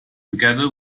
together